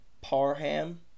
Parham